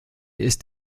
ist